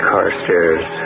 Carstairs